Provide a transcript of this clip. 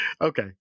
Okay